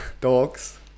dogs